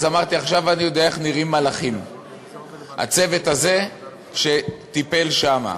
אמרתי: עכשיו אני יודע איך נראים מלאכים הצוות הזה שטיפל שם.